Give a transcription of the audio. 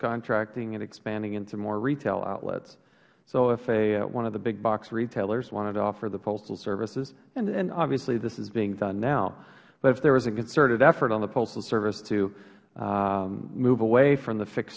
contracting and expanding into more retail outlets so if one of the big box retailers wanted to offer the postal services and obviously this is being done now but if there was a concerted effort on the postal service to move away from the fix